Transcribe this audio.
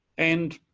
and,